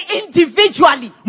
individually